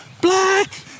black